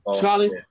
Charlie